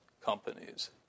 companies